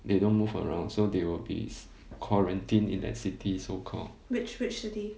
they don't move around so they will be quarantine in that city so called